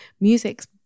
music's